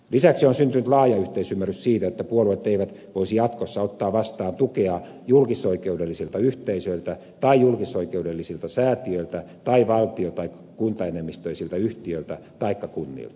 lisäksi on syntynyt laaja yhteisymmärrys siitä että puolueet eivät voisi jatkossa ottaa vastaan tukea julkisoikeudellisilta yhteisöiltä tai julkisoikeudellisilta säätiöiltä tai valtio tai kuntaenemmistöisiltä yhtiöiltä taikka kunnilta